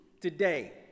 today